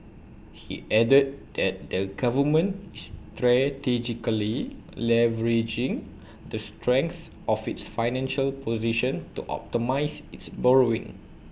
he added that the government is strategically leveraging the strength of its financial position to optimise its borrowing